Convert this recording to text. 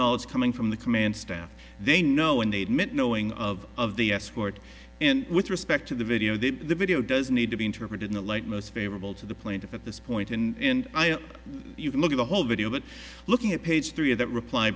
knowledge coming from the command staff they know when they met knowing of of the escort and with respect to the video that the video does need to be interpreted in the light most favorable to the plaintiff at this point in you can look at the whole video but looking at page three of that reply